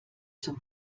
zum